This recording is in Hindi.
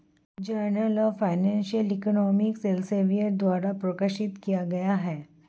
journal of financial economics Elsevier द्वारा प्रकाशित किया गया हैं